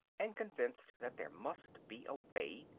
and convinced that there must be a way,